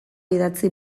idatzi